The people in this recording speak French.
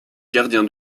gardien